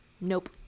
nope